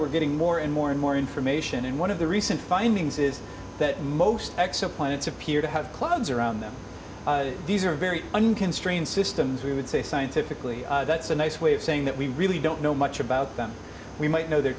we're getting more and more and more information and one of the recent findings is that most exoplanets appear to have clouds around them these are very unconstrained systems we would say scientifically that's a nice way of saying that we really don't know much about them we might know their